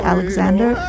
Alexander